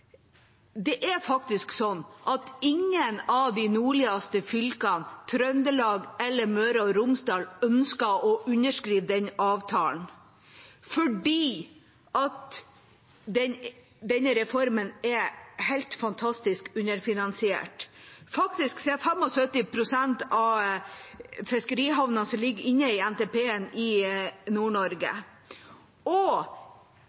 Det er faktisk sånn at ingen av de nordligste fylkene, Trøndelag eller Møre og Romsdal ønsker å underskrive denne avtalen, fordi denne reformen er helt fantastisk underfinansiert. Faktisk er 75 pst. av fiskerihavnene som ligger inne i NTP, i